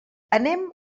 anem